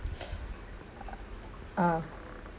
uh